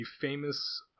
famous